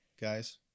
Guys